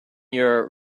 year